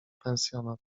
pensjonat